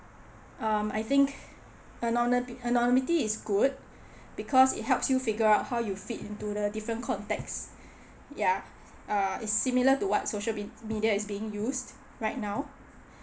um I think anon~ anonymity is good because it helps you figure out how you fit into the different context ya uh it's similar to what social med~ media is being used right now